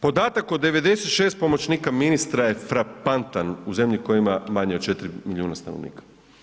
Podatak o 96 pomoćnika ministara je frapantan u zemlji koja ima manje od 4 milijuna stanovnika.